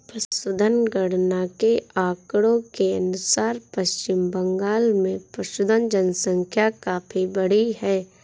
पशुधन गणना के आंकड़ों के अनुसार पश्चिम बंगाल में पशुधन जनसंख्या काफी बढ़ी है